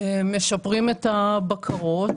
משפרים את הבקרות.